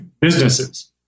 businesses